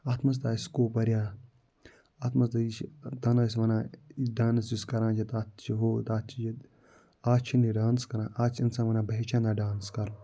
اَتھ منٛز تہِ آسہِ سکوپ واریاہ اَتھ منٛز تہِ یہِ چھِ تَنہٕ ٲسۍ وَنان ڈانَس یُس کران چھِ تَتھ چھِ ہُہ تَتھ چھِ یہِ آز چھِنہٕ یہِ ڈانَس کران آز چھِ اِنسان وَنان بہٕ ہٮ۪چھ ہہ نا ڈانَس کَرُن